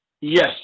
Yes